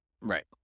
Right